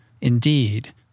Indeed